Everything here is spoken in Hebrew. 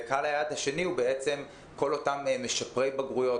וקהל היעד השני הוא בעצם כל אותם משפרי בגרויות,